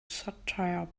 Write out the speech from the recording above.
satire